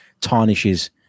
tarnishes